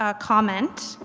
ah comment.